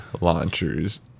launchers